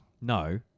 No